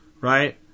right